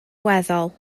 weddol